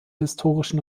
historischen